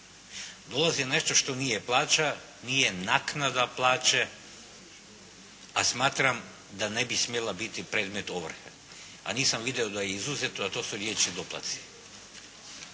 dolazi nešto što nije plaća, nije naknada plaće, a smatram da ne bi smjela biti predmet ovrhe, a nisam vidio da je izuzeto, a to su dječji doplaci.